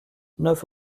neuf